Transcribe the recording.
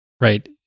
right